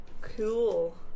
Cool